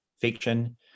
fiction